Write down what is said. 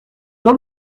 jean